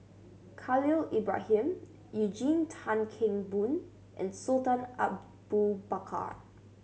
Khalil Ibrahim Eugene Tan Kheng Boon and Sultan Abu Bakar